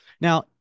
now